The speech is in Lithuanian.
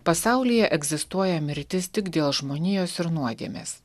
pasaulyje egzistuoja mirtis tik dėl žmonijos ir nuodėmės